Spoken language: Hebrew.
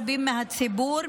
רבים מהציבור,